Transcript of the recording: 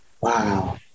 Wow